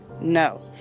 no